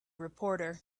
reporter